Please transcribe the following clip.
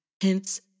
hence